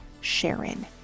Sharon